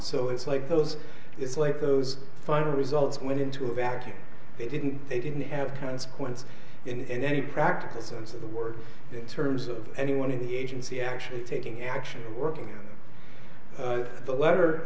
so it's like those it's like those final results went into a vacuum they didn't they didn't have consequences in a practical sense of the words in terms of anyone in the agency actually taking action working the letter